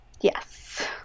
Yes